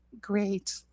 great